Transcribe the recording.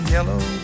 Yellow